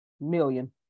million